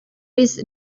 ist